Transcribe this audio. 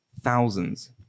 Thousands